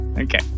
Okay